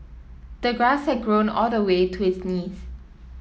the grass had grown all the way to his knees